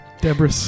Debris